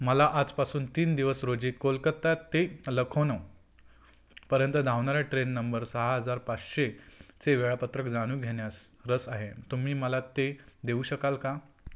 मला आजपासून तीन दिवस रोजी कोलकत्ता ते लखनौ पर्यंत धावणाऱ्या ट्रेन नंबर सहा हजार पाश्शे चे वेळापत्रक जाणून घेण्यास रस आहे तुम्ही मला ते देऊ शकाल का